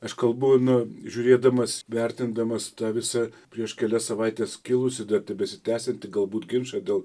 aš kalbu na žiūrėdamas vertindamas tą visą prieš kelias savaites kilusį dar tebesitęsiantį galbūt ginčą dėl